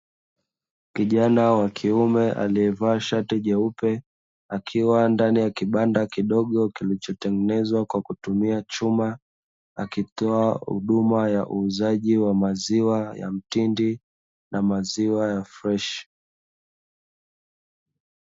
Kijana wa kiume aliyevaa shati jeupe akiwa ndani ya kibanda kidogo kilichotengenezwa kwa kutumia chuma, akitoa huduma ya uuzaji wa wa maziwa ya mtindi na maziwa ya freshi.